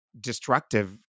destructive